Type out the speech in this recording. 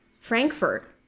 Frankfurt